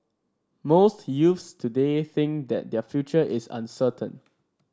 most youths today think that their future is uncertain